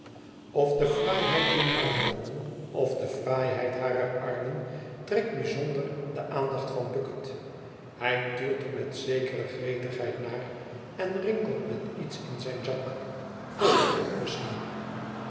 of de fraaiheid dier armbanden of de fraaiheid harer armen trekt bijzonder de aandacht van bucket hij tuurt er met zekere gretigheid naar en rinkelt met iets in zijn zak kopergeld misschien